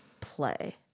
play